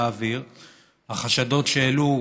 החשדות שהעלו,